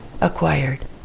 acquired